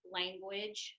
language